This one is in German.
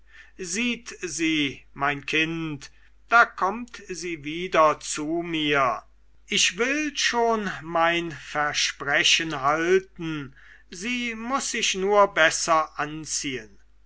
sieht sie mein kind da kommt sie wieder zu mir ich will schon mein versprechen halten sie muß sich nur besser anziehen